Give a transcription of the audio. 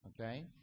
Okay